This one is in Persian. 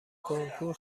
کنکور